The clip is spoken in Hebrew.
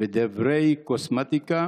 ודברי קוסמטיקה